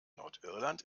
nordirland